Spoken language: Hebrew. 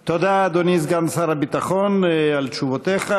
תודה, אדוני סגן שר הביטחון, על תשובותיך.